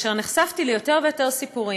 כאשר נחשפתי ליותר ויותר סיפורים.